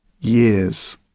Years